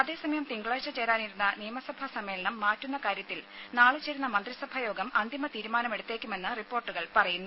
അതേസമയം തിങ്കളാഴ്ച ചേരാനിരുന്ന നിയമസഭാ സമ്മേളനം മാറ്റുന്ന കാര്യത്തിൽ നാളെ ചേരുന്ന മന്ത്രിസഭാ യോഗം അന്തിമ തീരുമാനമെടുത്തേക്കുമെന്ന് റിപ്പോർട്ടുകൾ പറയുന്നു